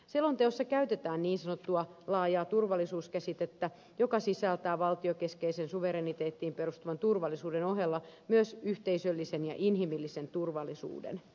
selonteossa käytetään niin sanottua laajaa turvallisuuskäsitettä joka sisältää valtiokeskeisen suvereniteettiin perustuvan turvallisuuden ohella myös yhteisöllisen ja inhimillisen turvallisuuden